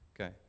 Okay